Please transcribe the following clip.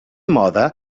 mode